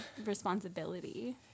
responsibility